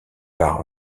par